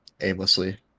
aimlessly